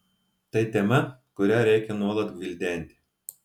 tai tema kurią reikia nuolat gvildenti